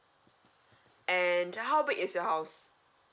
and how big is your house